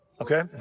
okay